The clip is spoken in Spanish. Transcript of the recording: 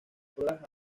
pruebas